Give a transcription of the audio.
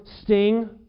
sting